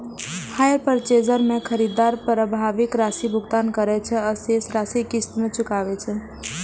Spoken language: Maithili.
हायर पर्चेज मे खरीदार प्रारंभिक राशिक भुगतान करै छै आ शेष राशि किस्त मे चुकाबै छै